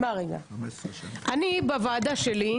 המפכ"ל,